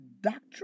doctrine